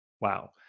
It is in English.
Wow